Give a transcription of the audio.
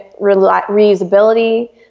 reusability